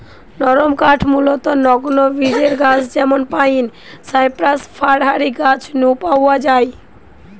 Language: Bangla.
নরমকাঠ মূলতঃ নগ্নবীজের গাছ যেমন পাইন, সাইপ্রাস, ফার হারি গাছ নু পাওয়া যায়